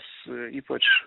s ypač